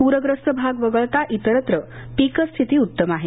पूर्यस्त भाग वगळता इतरत्र पीकस्थिती उत्तम आहे